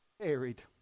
buried